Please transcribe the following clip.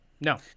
No